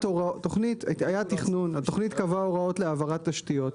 היה תכנון, התוכנית קבעה הוראות להעברת תשתיות.